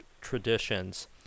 traditions